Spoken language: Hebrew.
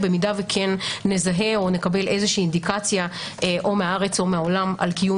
אם כן נזהה או נקבל אינדיקציה כלשהי או מהארץ או מהעולם על קיום